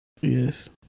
Yes